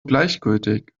gleichgültig